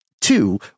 Two